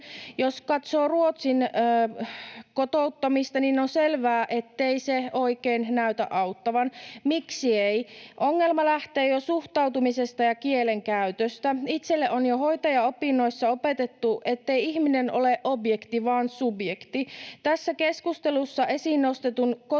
Jos katsoo Ruotsin kotouttamista, niin on selvää, ettei se oikein näytä auttavan. Miksi ei? Ongelma lähtee jo suhtautumisesta ja kielenkäytöstä. Itselleni on jo hoitajaopinnoissa opetettu, ettei ihminen ole objekti vaan subjekti. Tässä keskustelussa esiin nostetun kotouttamisen